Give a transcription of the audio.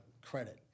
credit